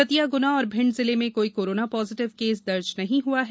दतिया ग्ना एवं भिण्ड जिले में कोई कोरोना पॉजिटिव केस दर्ज नहीं हआ है